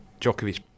Djokovic